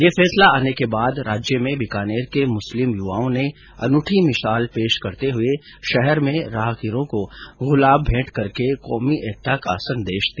यह फैसला आने के बाद राज्य में बीकानेर के मुस्लिम युवाओं ने अनूठी मिसाल पेश करते हुए शहर में राहगीरों को गुलाब भेंट करके कौमी एकता का संदेश दिया